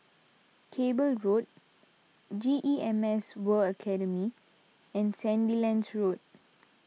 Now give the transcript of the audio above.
Cable Road G E M S World Academy and Sandilands Road